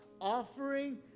offering